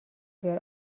بیار